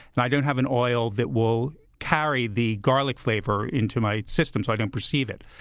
and i don't have an oil that will carry the garlic flavor into my system, so i don't perceive it.